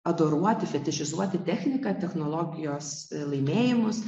adoruoti fetišizuoti techniką technologijos laimėjimus